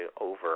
over